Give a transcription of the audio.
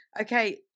Okay